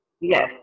Yes